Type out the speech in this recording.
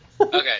Okay